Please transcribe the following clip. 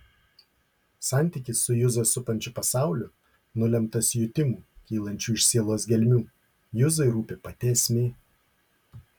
santykis su juzą supančiu pasauliu nulemtas jutimų kylančių iš sielos gelmių juzai rūpi pati esmė